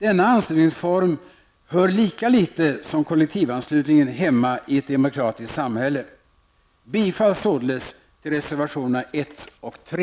Denna anslutningsform hör lika litet som kollektivanslutningen hemma i ett demokratiskt samhälle. Jag yrkar således bifall till reservationerna 1 och 3.